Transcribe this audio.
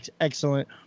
excellent